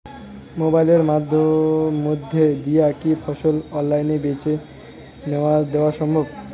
মোবাইলের মইধ্যে দিয়া কি ফসল অনলাইনে বেঁচে দেওয়া সম্ভব?